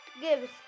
gives